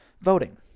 voting